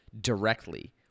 directly